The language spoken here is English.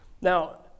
Now